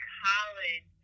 college